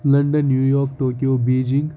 London New York Tokyo Beijing